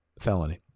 felony